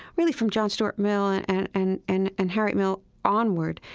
really, from john stuart mill and and and and harriet mill onward,